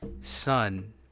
Son